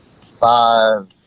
five